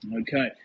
Okay